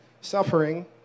Suffering